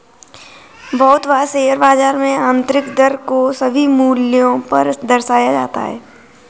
बहुत बार शेयर बाजार में आन्तरिक दर को सभी मूल्यों पर दर्शाया जाता है